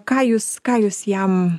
ką jūs ką jūs jam